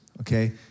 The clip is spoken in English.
Okay